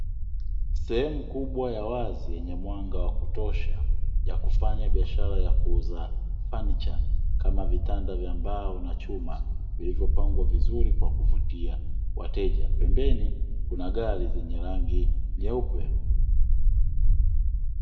Sehemu kubwa ya wazi yenye mwanga wa kutosha, ya kufanya biashara ya kuuza fanicha kama vitanda vya mbao na chuma vilivyopangwa vizuri kwa kuvutia wateja, pembani kuna gari zenye rangi nyeupe,